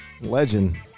Legend